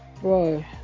Bro